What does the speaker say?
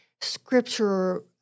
scripture